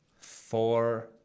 Four